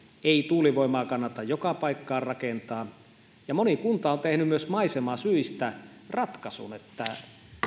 ei tuulivoimaa kannata joka paikkaan rakentaa moni kunta on tehnyt myös maisemasyistä ratkaisun että